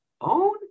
own